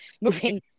moving